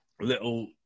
little